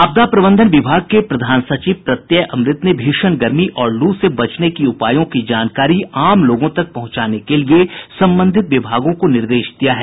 आपदा प्रबंधन विभाग के प्रधान सचिव प्रत्यय अमृत ने भीषण गर्मी और लू से बचने की उपायों की जानकारी आम लोगों तक पहुंचाने के लिए संबंधित विभागों को निर्देश दिया है